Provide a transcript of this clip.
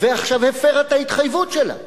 ועכשיו הפרה את ההתחייבות שלה.